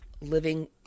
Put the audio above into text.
living